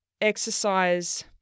exercise